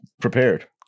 prepared